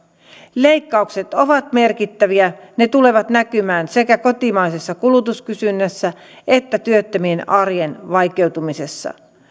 leikkaukset ovat merkittäviä ne tulevat näkymään sekä kotimaisessa kulutuskysynnässä että työttömien arjen vaikeutumisessa